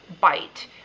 bite